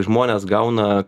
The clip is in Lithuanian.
žmonės gauna